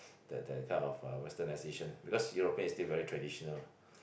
that that kind of westernization because European is still very traditional